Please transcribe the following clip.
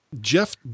Jeff